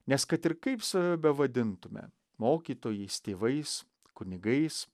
nes kad ir kaip save bevadintume mokytojais tėvais kunigais